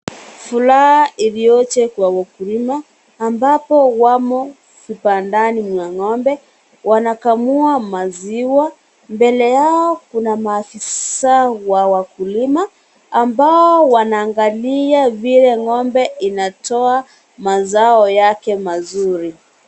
Furaha iliyoje kwa wakulima ambapo wamo vibandani mwa ng'ombe wanakamua maziwa. Mbele yao kuna maafisa wa wakulima ambao wanaangalia vile ng'ombe inatoa mazao yake mazuri.